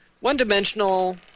one-dimensional